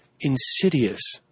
insidious